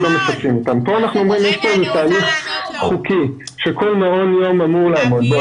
--- פה אנחנו אומרים שזה תהליך חוקי שכל מעון יום אמור לעמוד בו.